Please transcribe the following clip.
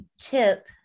Chip